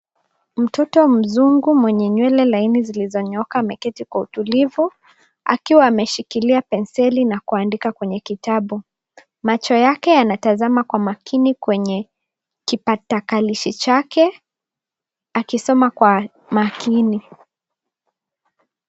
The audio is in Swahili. Mtoto mzungu mwenye nywele laini zilizonyoka makete kwa utulivu akiwa ameshikilia penseli na kuandika kwenye kitabu. Macho yake yanatazama kwa makini kwenye kipatakalishi chake akisoma kwa makini.